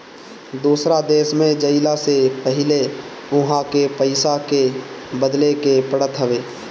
दूसरा देश में जइला से पहिले उहा के पईसा के बदले के पड़त हवे